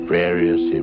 various